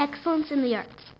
excellence in the arts